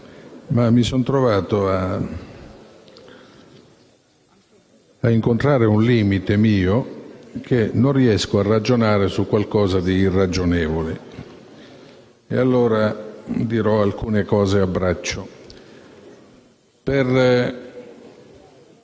ma mi sono trovato ad incontrare un limite mio. Io non riesco a ragionare su qualcosa di irragionevole. Farò allora alcune considerazioni